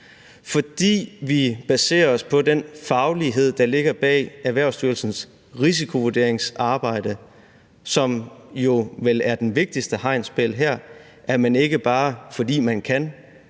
fordi vi baserer os på den faglighed, der ligger bag Erhvervsstyrelsens risikovurderingsarbejde, som jo vel er den vigtigste hegnspæl her, nemlig at man ikke bare, fordi man kan,